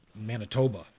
Manitoba